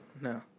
No